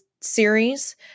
series